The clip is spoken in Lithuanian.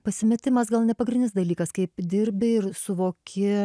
pasimetimas gal ne pagrindinis dalykas kaip dirbi ir suvoki